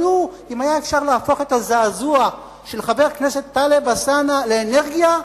אם היה אפשר להפוך את הזעזוע של חבר הכנסת טלב אלסאנע לאנרגיה,